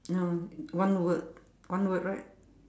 ya one word one word right